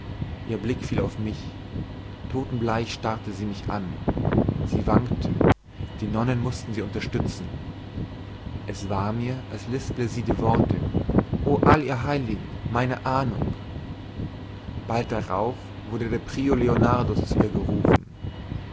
ihr blick fiel auf mich totenbleich starrte sie mich an sie wankte die nonnen mußten sie unterstützen es war mir als lisple sie die worte o all ihr heiligen meine ahnung bald darauf wurde der prior leonardus zu ihr gerufen